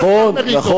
נכון.